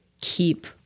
keep